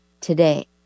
today